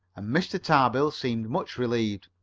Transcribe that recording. mr. tarbill seemed much relieved.